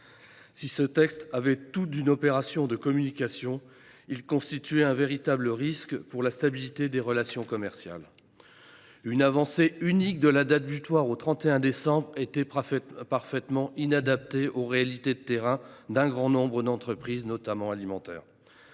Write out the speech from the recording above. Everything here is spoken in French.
Si ce texte avait tout d’une opération de communication, il représentait un véritable risque pour la stabilité des relations commerciales. Une avancée unique de la date butoir au 31 décembre était parfaitement inadaptée aux réalités d’un grand nombre d’entreprises, notamment dans